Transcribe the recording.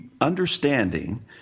understanding